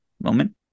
moment